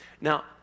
now